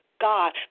God